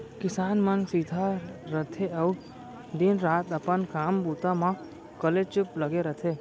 किसान मन सीधा रथें अउ दिन रात अपन काम बूता म कलेचुप लगे रथें